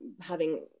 having-